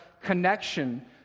connection